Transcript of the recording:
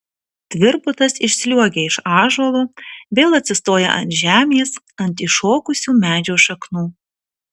tvirbutas išsliuogia iš ąžuolo vėl atsistoja ant žemės ant iššokusių medžio šaknų